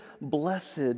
blessed